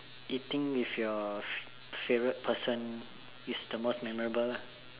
eating with your fav favourite person is the most memorable lah